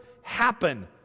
happen